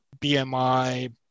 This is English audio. BMI